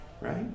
right